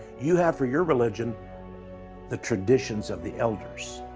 you have for your religion the traditions of the elders.